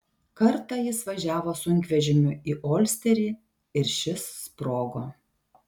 kartą jis važiavo sunkvežimiu į olsterį ir šis sprogo